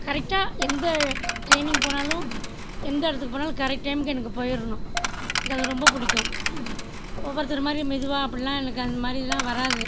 கரெக்ட்டாக எந்த ட்ரெய்னிங் போனாலும் எந்த இடத்துக்கு போனாலும் கரெக்ட் டைமுக்கு எனக்கு போயிடணும் எனக்கு அது ரொம்ப பிடிக்கும் ஒவ்வொருத்தரை மாதிரி மெதுவாக அப்படிலாம் எனக்கு அந்த மாதிரிலான் வராது